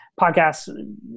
podcasts